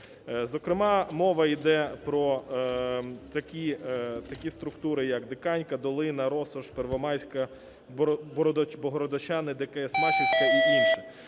Зокрема, мова йде про такі структури, як Диканька, Долина, Росош, Первомайська, Богородчани, ДКС Машівська і інші.